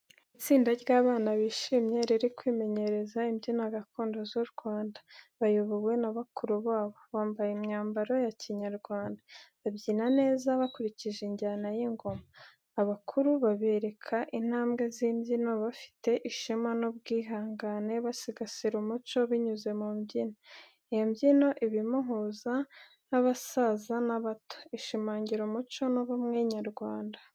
Itsinda ry'abana bishimye riri kwimenyereza imbyino gakondo z’u Rwanda, bayobowe na bakuru babo. Bambaye imyambaro ya Kinyarwanda, babyina neza bakurikije injyana y’ingoma. Abakuru babereka intambwe z’imbyino bafite ishema n’ubwihangane, basigasira umuco binyuze mu mbyino. Iyo mbyino iba umuhuza w'abasaza n'abato, ishimangira umuco n’ubumwe nyarwanda.